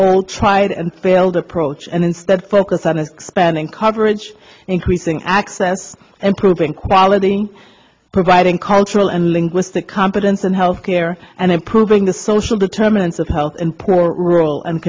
old tried and failed approach and instead focus on expanding coverage increasing access improving quality providing cultural and linguistic competence and health care and improving the social determinants of health and poor rural and